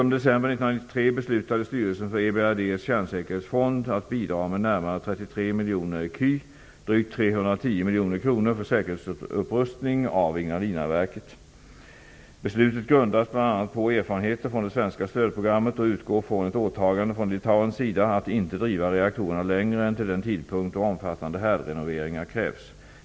EBRD:s kärnsäkerhetsfond att bidra med nära 33 miljoner ecu, drygt 310 miljoner kronor, för säkerhetsupprustning av Ignalinaverket. Beslutet grundas bl.a. på erfarenheter från det svenska stödprogrammet och utgår från ett åtagande från Litauens sida att inte driva reaktorerna längre än till den tidpunkt då omfattande härdrenoveringar krävs.